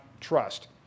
trust